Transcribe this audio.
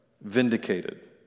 vindicated